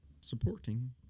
supporting